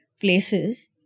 places